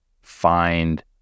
find